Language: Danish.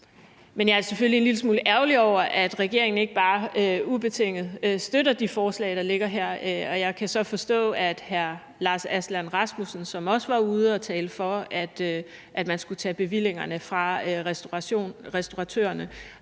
jeg er selvfølgelig en lille smule ærgerlig over, at regeringen ikke bare ubetinget støtter de forslag, der ligger her. Og jeg kan så forstå, at hr. Lars Aslan Rasmussen, som også var ude at tale for, at man skulle tage bevillingerne fra restauratørerne,